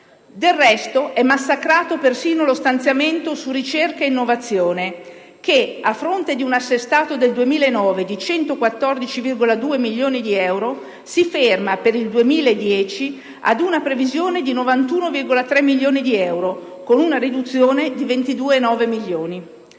Del resto, è massacrato persino lo stanziamento su ricerca e innovazione che, a fronte di un assestato del 2009 di 114,2 milioni di euro, si ferma, per il 2010, ad una previsione di 91,3 milioni di euro, con una riduzione di 22,9 milioni.